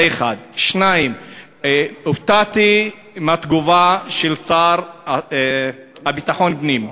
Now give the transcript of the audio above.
זה, 1. 2. הופתעתי מהתגובה של השר לביטחון פנים.